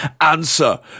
answer